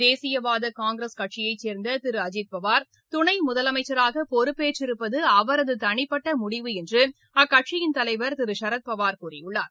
தேசியவாத காங்கிரஸ் கட்சியைச்சேர்ந்த திரு அஜித்பவார் துணை முதலனமச்சராக பொறுப்பேற்றிருப்பது அவரது தளிப்பட்ட முடிவு என்று அக்கட்சியின் தலைவர் திரு சரத்பவார் கூறியுள்ளார்